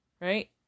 Right